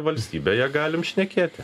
valstybėje galim šnekėti